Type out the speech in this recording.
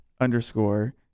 underscore